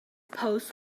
post